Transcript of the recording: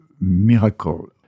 miracle